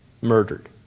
Murdered